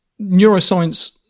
neuroscience